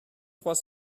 trois